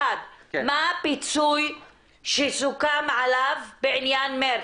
אחד - מה הפיצוי שסוכם עליו בעניין מרץ?